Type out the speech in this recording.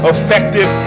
Effective